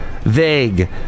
vague